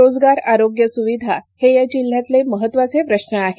रोजगार आरोग्य सुविधा हे या जिल्ह्यातले महत्त्वाचे प्रश्व आहेत